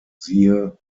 siehe